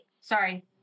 Sorry